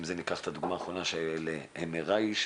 אם ניקח את הדוגמא האחרונה שלMRI ,